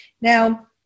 Now